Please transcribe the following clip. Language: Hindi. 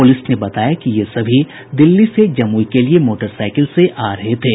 पुलिस ने बताया कि ये सभी दिल्ली से जमुई के लिए मोटरसाईकिल से आ रहे थे